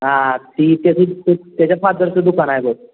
हां ती त्याची त्या त्याच्या फादरचं दुकान आहे बघ